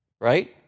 Right